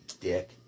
Dick